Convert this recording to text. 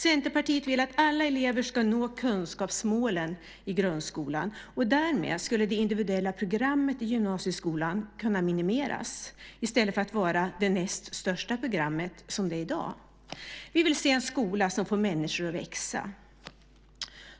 Centerpartiet vill att alla elever ska nå kunskapsmålen i grundskolan. Därmed skulle det individuella programmet i gymnasieskolan kunna minimeras i stället för att vara det näst största programmet, som det är i dag. Vi vill se en skola som får människor att växa.